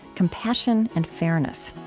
compassion and fairness.